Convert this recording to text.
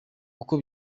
uko